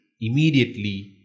immediately